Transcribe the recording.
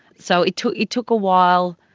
so it took it took a while,